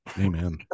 Amen